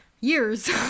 years